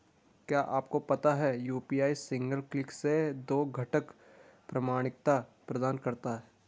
क्या आपको पता है यू.पी.आई सिंगल क्लिक से दो घटक प्रमाणिकता प्रदान करता है?